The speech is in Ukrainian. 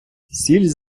сіль